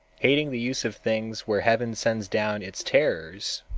hating the use of things where heaven sends down its terrors,